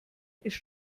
ist